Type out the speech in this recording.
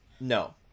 no